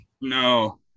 no